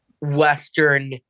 Western